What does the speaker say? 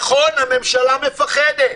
נכון, הממשלה מפחדת,